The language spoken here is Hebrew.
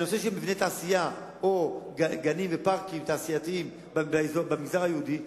הנושא של מבני תעשייה או גנים ופארקים תעשייתיים במגזר היהודי,